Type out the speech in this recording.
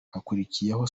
hakurikiyeho